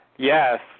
Yes